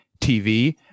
TV